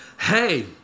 hey